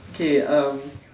okay uh